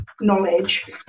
knowledge